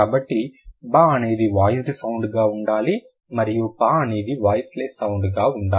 కాబట్టి బా అనేది వాయిస్డ్ సౌండ్ గా ఉండాలి మరియు ప అనేది వాయిసెలెస్ సౌండ్ గా ఉండాలి